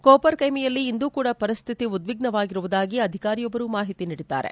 ಕೋಪರ್ಕ್ಲೆಮೆಯಲ್ಲಿ ಇಂದೂ ಕೂಡ ಪರಿಸ್ಹಿತಿ ಉದ್ವಿಗ್ನವಾಗಿರುವುದಾಗಿ ಅಧಿಕಾರಿಯೊಬ್ಬರು ಮಾಹಿತಿ ನೀಡಿದ್ದಾರೆ